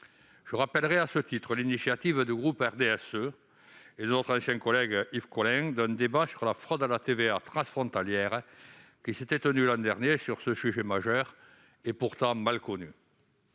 Je rappellerai à ce titre l'initiative, prise par le groupe du RDSE et notre ancien collègue Yvon Collin, d'un débat sur la fraude à la TVA transfrontalière, qui s'était tenu l'an dernier sur ce sujet majeur et pourtant mal connu.